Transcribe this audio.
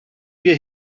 wir